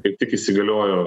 kaip tik įsigaliojo